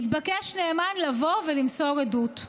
התבקש נאמן לבוא ולמסור עדות,